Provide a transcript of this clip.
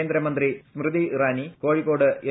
കേന്ദ്രമന്ത്രി സ്മൃതി ഇറാനി കോഴിക്കോട് എൻ